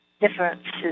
Differences